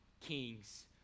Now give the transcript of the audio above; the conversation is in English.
kings